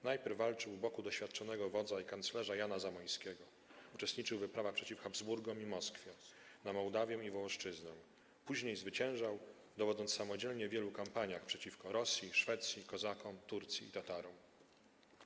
Najpierw walczył u boku doświadczonego wodza i kanclerza Jana Zamoyskiego, uczestniczył w wyprawach przeciw Habsburgom i Moskwie, na Mołdawię i Wołoszczyznę, później zwyciężał, dowodząc samodzielnie w wielu kampaniach przeciwko Rosji, Szwecji, Kozakom, Turcji i Tatarom.